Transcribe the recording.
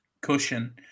cushion